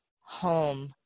home